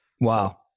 wow